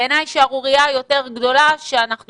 בעיניי שערורייה יותר גדולה שאנחנו